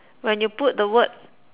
when you put the word